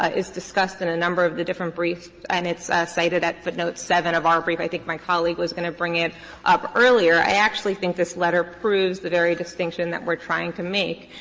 it's discussed in a number of the different briefs and it's cited at footnote seven of our brief. i think my colleague was going to bring it up earlier. i actually think this letter proves the very distinction that we're trying to make.